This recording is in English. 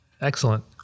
Excellent